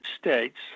States